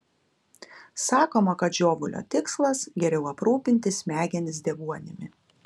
sakoma kad žiovulio tikslas geriau aprūpinti smegenis deguonimi